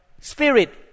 Spirit